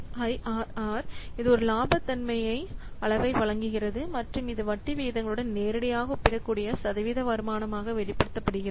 IRR இது ஒரு இலாபத்தன்மை அளவை வழங்குகிறது மற்றும் இது வட்டி விகிதங்களுடன் நேரடியாக ஒப்பிடக்கூடிய சதவீத வருமானமாக வெளிப்படுத்தப்படுகிறது